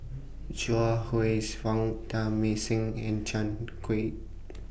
Chuang Fang Teng Mah Seng and Chan Kiew